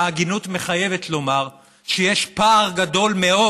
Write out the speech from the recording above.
ההגינות מחייבת לומר שיש פער גדול מאוד,